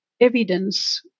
evidence